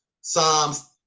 Psalms